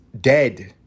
dead